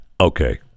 okay